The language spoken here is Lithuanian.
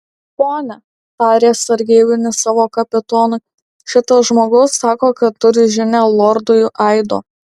pone tarė sargybinis savo kapitonui šitas žmogus sako kad turi žinią lordui aido